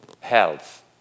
health